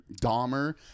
Dahmer